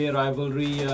rivalry